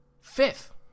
Fifth